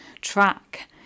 track